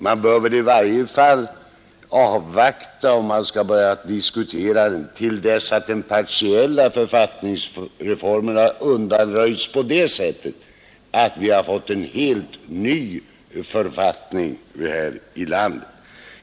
Man bör i alla fall avvakta — om man skall börja diskutera den — till dess att den partiella författningsreformen har undanröjts på det sättet att vi har fått en helt ny författning här i landet.